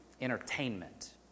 entertainment